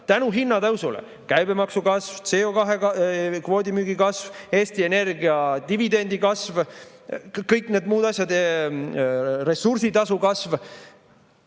raha]: käibemaksu kasv, CO2kvoodi müügi kasv, Eesti Energia dividendide kasv ja kõik need muud asjad, ressursitasu kasv.